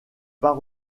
pas